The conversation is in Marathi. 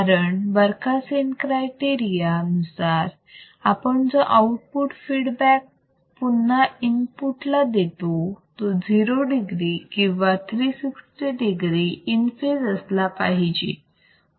कारण बरखासेन क्रायटेरिया नुसार आपण जो आउटपुट फीडबॅक पुन्हा इनपुट ला देतो तो 0 degree किंवा 360 degree इन फेज असला पाहिजे